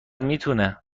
میتونه